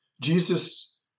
Jesus